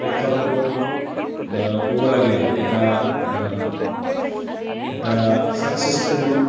প্ৰেক্ষাপটত ক'ব লাগিলে এটা এটা ছাকচেছফুল